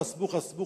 חסמו,